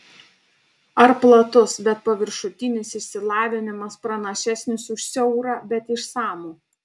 ar platus bet paviršutinis išsilavinimas pranašesnis už siaurą bet išsamų